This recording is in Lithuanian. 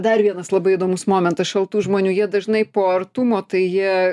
dar vienas labai įdomus momentas šaltų žmonių jie dažnai po artumo tai jie